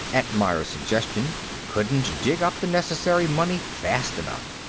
at myers' suggestion couldn't dig up the necessary money fast enough.